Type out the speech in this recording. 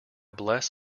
bless